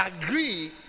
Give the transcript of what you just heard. agree